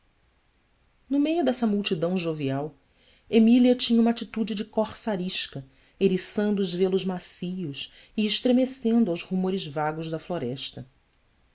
no meio dessa multidão jovial emília tinha uma atitude de corça arisca eriçando os velos macios e estremecendo aos rumores vagos da floresta